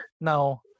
Now